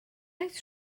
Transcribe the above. oes